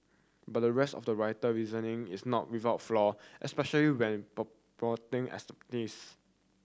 but the rest of the writer reasoning is not without flaw especially when promoting